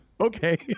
okay